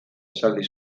esaldi